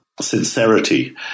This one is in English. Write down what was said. sincerity